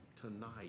tonight